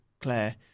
Claire